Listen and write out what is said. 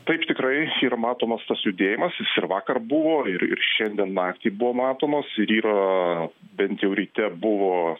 taip tikrai yra matomas tas judėjimas jis ir vakar buvo ir ir šiandien naktį buvo matomas ir yra bent jau ryte buvo